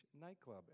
nightclub